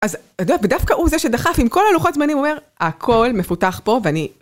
אז את יודעת ודווקא הוא זה שדחף עם כל הלוחות זמנים הוא אומר הכל מפותח פה ואני...